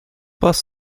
bus